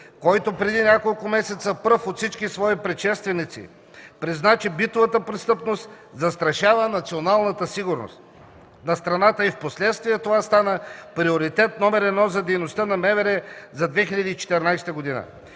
който преди няколко месеца пръв от всички свои предшественици призна, че битовата престъпност застрашава националната сигурност на страната и впоследствие това стана приоритет № 1 за дейността на МВР за 2014 г.